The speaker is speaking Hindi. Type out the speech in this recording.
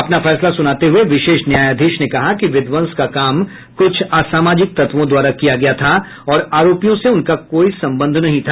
अपना फैसला सुनाते हुए विशेष न्यायाधीश ने कहा कि विध्वंस का काम कुछ असामाजिक तत्वों द्वारा किया गया था और आरोपियों से उनका कोई संबंध नहीं था